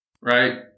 right